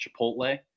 Chipotle